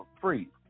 free